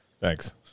Thanks